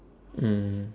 mm